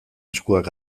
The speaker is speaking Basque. eskuak